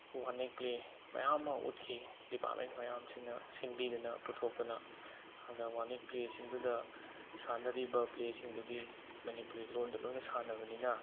one ꯑꯦꯟ play ꯃꯌꯥꯝꯃ ꯎꯠꯈꯤ ꯗꯤꯄꯥꯔꯠꯃꯦꯟ ꯃꯌꯥꯝꯁꯤꯡꯅ ꯁꯤꯟꯕꯤꯗꯅ ꯄꯨꯊꯣꯛꯇꯅ ꯑꯗ ꯋꯥꯟ ꯑꯦꯟ ꯄ꯭ꯂꯦꯁꯤꯡꯗꯨꯗ ꯁꯥꯟꯅꯔꯤꯕ ꯄ꯭ꯂꯦꯁꯤꯡꯗꯨꯗꯤ ꯃꯅꯤꯄꯨꯔꯤ ꯂꯣꯜꯗ ꯂꯣꯏꯅ ꯁꯥꯟꯅꯕꯅꯤꯅ